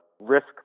risk